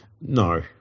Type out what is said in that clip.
no